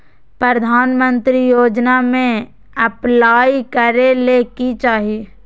प्रधानमंत्री योजना में अप्लाई करें ले की चाही?